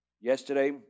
Yesterday